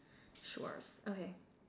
sure okay